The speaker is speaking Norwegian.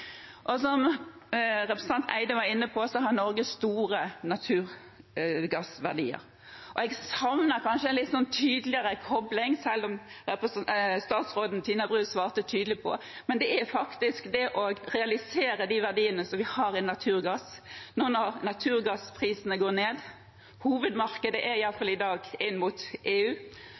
Som representanten Barth Eide var inne på, har Norge store naturgassverdier. Jeg savner kanskje en litt tydeligere kobling her, selv om statsråd Tina Bru svarte tydelig, når det gjelder å realisere de verdiene vi har i form av naturgass, når naturgassprisene går ned. Hovedmarkedet er iallfall i dag